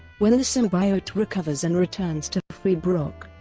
when the symbiote recovers and returns to free brock,